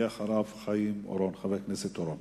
יהיה אחריו חבר הכנסת אורון.